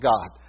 God